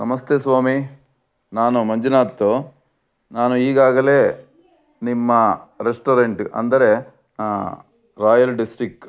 ನಮಸ್ತೆ ಸ್ವಾಮಿ ನಾನು ಮಂಜುನಾತು ನಾನು ಈಗಾಗಲೇ ನಿಮ್ಮ ರೆಸ್ಟೋರೆಂಟ್ ಅಂದರೆ ರಾಯಲ್ ಡಿಸ್ಟಿಕ್